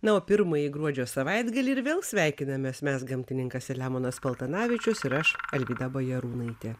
na o pirmąjį gruodžio savaitgalį ir vėl sveikinamės mes gamtininkas selemonas paltanavičius ir aš alvyda bajarūnaitė